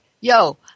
yo